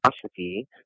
philosophy